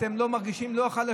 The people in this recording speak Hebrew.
אתם לא מרגישים את החלשים.